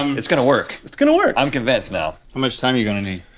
um it's gonna work. it's gonna work. i'm convinced now. how much time you gonna need?